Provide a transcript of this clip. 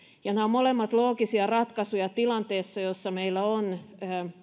ja nämä ovat molemmat loogisia ratkaisuja tilanteessa jossa meillä on